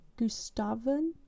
Gustavon